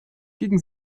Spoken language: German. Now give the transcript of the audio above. gegen